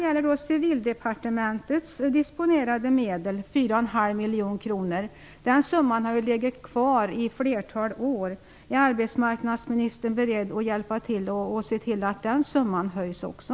miljoner kronor, har ju legat kvar på samma summa i ett flertal år. Är arbetsmarknadsministern beredd att hjälpa till att höja den summan också?